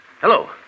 Hello